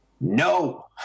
No